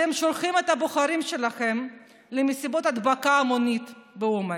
אתם שולחים את הבוחרים שלכם למסיבות הדבקה המונית באומן.